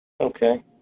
Okay